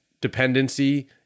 dependency